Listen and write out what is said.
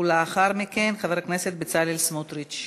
ולאחר מכן, חבר הכנסת בצלאל סמוטריץ.